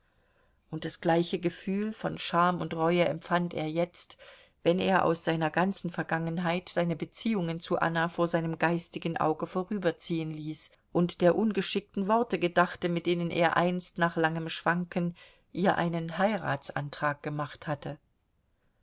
und das gleiche gefühl von scham und reue empfand er jetzt wenn er aus seiner ganzen vergangenheit seine beziehungen zu anna vor seinem geistigen auge vorüberziehen ließ und der ungeschickten worte gedachte mit denen er einst nach langem schwanken ihr einen heiratsantrag gemacht hatte